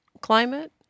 climate